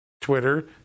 Twitter